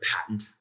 patent